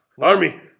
Army